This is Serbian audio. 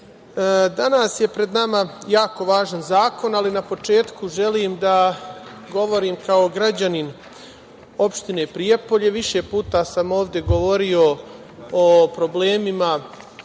danas je pred nama jako važan zakon, ali na početku želim da govorim kao građanin opštine Prijepolje. Više puta sam ovde govorio o problemima